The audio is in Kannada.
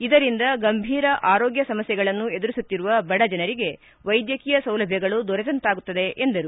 ಇದರಿಂದ ಗಂಭೀರ ಆರೋಗ್ಯ ಸಮಸ್ಯೆಗಳನ್ನು ಎದುರಿಸುತ್ತಿರುವ ಬಡ ಜನರಿಗೆ ವೈದ್ಯಕೀಯ ಸೌಲಭ್ಯಗಳು ದೊರೆತಂತಾಗುತ್ತವೆ ಎಂದರು